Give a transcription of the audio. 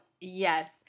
Yes